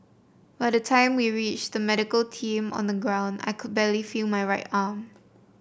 by the time we reached the medical team on the ground I could barely feel my right arm